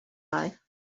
life